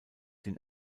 den